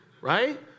Right